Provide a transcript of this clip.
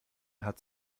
hat